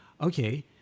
Okay